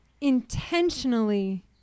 intentionally